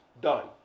Done